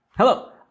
Hello